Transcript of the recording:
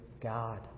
God